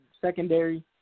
secondary